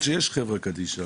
שיש חברה קדישא